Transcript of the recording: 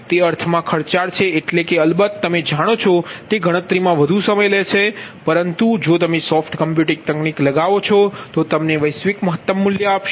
તે અર્થમાં ખર્ચાળ છે કે અલબત્ત તમે જાણો છો કે તે ગણતરીમાં વધુ સમય લેશે પરંતુ જો તમે સોફ્ટ કમ્પ્યુટિંગ તકનીક લાગુ કરો છો જે તમને વૈશ્વિક મહત્તમ મૂલ્ય આપશે